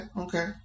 okay